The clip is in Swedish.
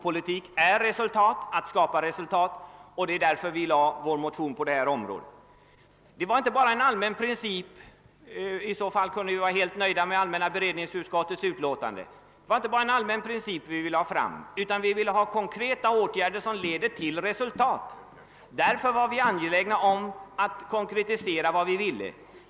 Politik är att skapa resultat, och det är därför vi har lagt fram vår motion. Det gäller inte bara en allmän princip — i så fall kunde vi vara helt nöjda med allmänna beredningsutskottets utlåtande — utan vi vill ha konkreta åtgärder som leder till resultat. Därför har vi varit angelägna om att konkretisera våra önskemål.